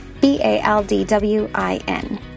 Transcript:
B-A-L-D-W-I-N